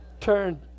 Turn